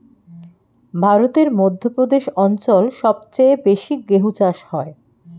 ভারতের মধ্য প্রদেশ অঞ্চল সবচেয়ে বেশি গেহু চাষ হয়